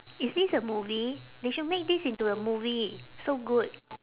is this a movie they should make this into a movie so good